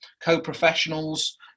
co-professionals